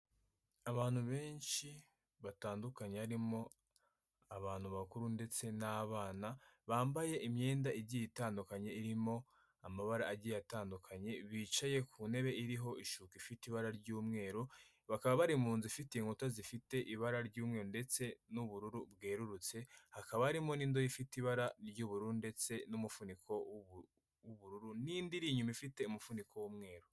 Abantu benshi batandukanye harimo abantu bakuru ndetse n'abana bambaye imyenda igiye itandukanye irimo amabara agiye atandukanye, bicaye ku ntebe iriho ishuka ifite ibara ry'umweru. Bakaba bari mu nzu ifite inkuta zifite ibara ry'umweru ndetse n'ubururu bwerurutse. Hakaba harimo n'indobo ifite ibara ry'ubururu ndetse n'umufuniko w'ubururu n'indi iri inyuma ifite umufuniko w'umweru.